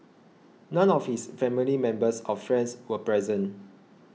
none of his family members or friends were present